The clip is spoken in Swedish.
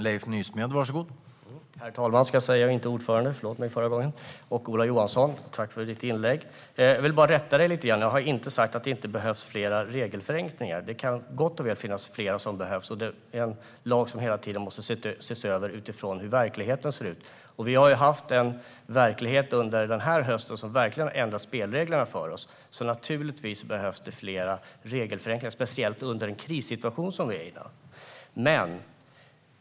Herr talman! Tack för ditt inlägg, Ola Johansson! Jag vill bara rätta dig lite grann. Jag har inte sagt att det inte behövs fler regelförenklingar. Det kan gott och väl behövas fler. Lagen måste hela tiden ses över utifrån hur verkligheten ser ut. Under den här hösten har vi haft en verklighet som har ändrat spelreglerna för oss. Naturligtvis behövs fler regelförenklingar, speciellt under en sådan krissituation som vi har i dag.